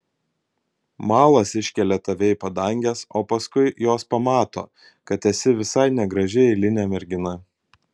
malas iškelia tave į padanges o paskui jos pamato kad esi visai negraži eilinė mergina